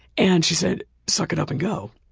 and she said suck it up and go.